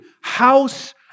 house